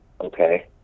okay